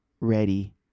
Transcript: ready